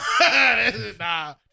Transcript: nah